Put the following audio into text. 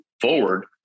forward